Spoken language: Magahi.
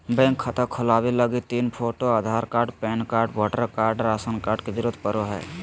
बैंक खाता खोलबावे लगी तीन photo, Aadhaar card, PAN card, voter card, ration card के जरूरत पड़ो हय